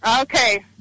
Okay